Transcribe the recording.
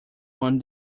won